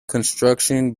construction